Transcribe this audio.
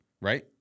right